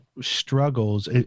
struggles